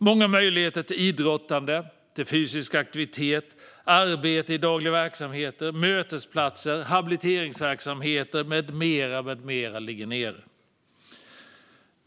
Många möjligheter till idrottande och fysisk aktivitet, arbete i dagliga verksamheter, mötesplatser och habiliteringsverksamheter med mera ligger nere.